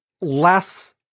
less